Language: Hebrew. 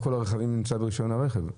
הרכבים זה נמצא ברישיון הרכב.